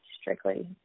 strictly